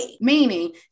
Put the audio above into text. Meaning